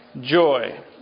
Joy